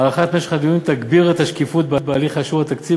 הארכת משך הדיון תגביר את השקיפות בהליך אישור התקציב,